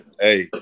hey